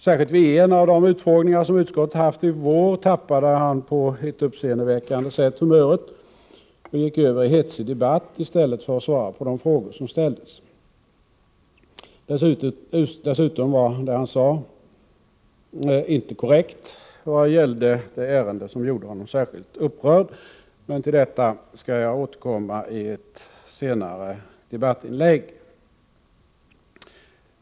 Särskilt vid en av de utfrågningar som utskottet haft i vår tappade han på ett uppseendeväckande sätt humöret och gick över i hetsig debatt i stället för att svara på de frågor som ställdes. Dessutom var inte det han sade korrekt vad gällde det ärende som gjorde honom särskilt upprörd. Till detta skall jag emellertid återkomma i ett senare debattinlägg.